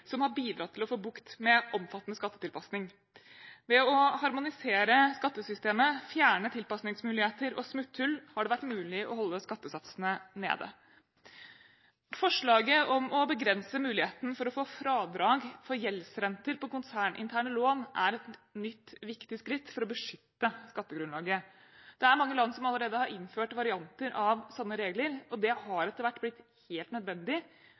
som har bidratt til å få bukt med omfattende skattetilpasning. Ved å harmonisere skattesystemet, fjerne tilpasningsmuligheter og smutthull har det vært mulig å holde skattesatsene nede. Forslaget om å begrense muligheten for å få fradrag for gjeldsrenter på konserninterne lån er et nytt viktig skritt for å beskytte skattegrunnlaget. Det er mange land som allerede har innført varianter av sånne regler, og det har etter hvert blitt helt nødvendig